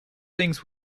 things